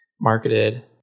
marketed